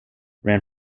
ran